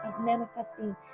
manifesting